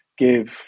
Give